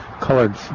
colored